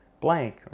blank